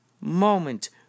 moment